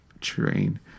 train